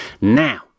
Now